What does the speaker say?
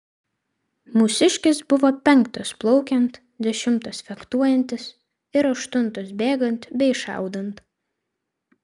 mūsiškės buvo penktos plaukiant dešimtos fechtuojantis ir aštuntos bėgant bei šaudant